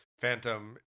Phantom